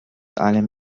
allem